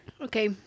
Okay